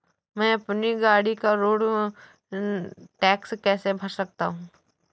मैं अपनी गाड़ी का रोड टैक्स कैसे भर सकता हूँ?